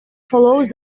follows